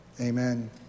Amen